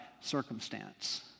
circumstance